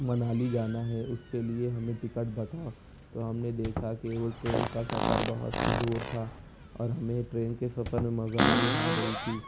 منالی جانا ہے اس کے لئے ہمیں ٹکٹ بتاؤ تو ہم نے دیکھا کہ وہ ٹرین کا سفر بہت ہی دور تھا اور ہمیں ٹرین کے سفر میں مزا نہیں آ رہی تھی